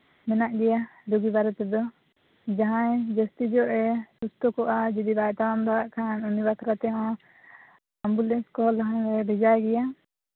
ᱢᱮᱱᱟᱜ ᱜᱮᱭᱟ ᱨᱩᱜᱤ ᱵᱟᱨᱮ ᱛᱮᱫᱚ ᱡᱟᱦᱟᱸᱭ ᱡᱟᱹᱥᱛᱤ ᱧᱚᱜᱼᱮ ᱚᱥᱩᱥᱛᱷᱚ ᱠᱚᱜᱼᱟ ᱡᱩᱫᱤ ᱵᱟᱭ ᱛᱟᱲᱟᱢ ᱫᱟᱲᱮᱭᱟᱜ ᱠᱷᱟᱱ ᱩᱱᱤ ᱵᱟᱠᱷᱨᱟ ᱛᱮᱦᱚᱸ ᱮᱢᱵᱩᱞᱮᱱᱥ ᱠᱚᱦᱚᱸᱞᱮ ᱵᱷᱮᱡᱟᱭ ᱜᱮᱭᱟ